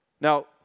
Now